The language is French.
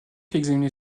examiner